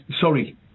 Sorry